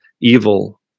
evil